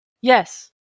Yes